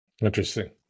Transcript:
Interesting